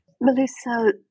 Melissa